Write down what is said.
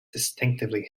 distinctively